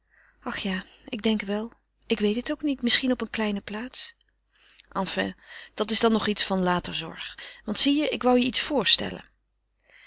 ach ja ik denk wel ik weet het ook niet misschien op een kleine plaats enfin dat is dan nog iets van later zorg want zie je ik wou je iets voorstellen